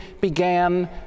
began